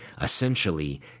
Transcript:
Essentially